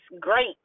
great